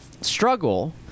struggle